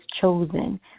chosen